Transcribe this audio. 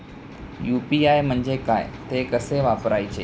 UPI म्हणजे काय, ते कसे वापरायचे?